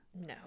No